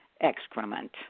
excrement